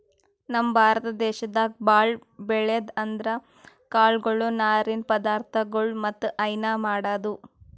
ನಮ್ ಭಾರತ ದೇಶದಾಗ್ ಭಾಳ್ ಬೆಳ್ಯಾದ್ ಅಂದ್ರ ಕಾಳ್ಗೊಳು ನಾರಿನ್ ಪದಾರ್ಥಗೊಳ್ ಮತ್ತ್ ಹೈನಾ ಮಾಡದು